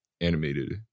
Animated